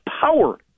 power